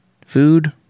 food